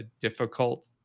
difficult